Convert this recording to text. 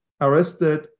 arrested